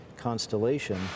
constellation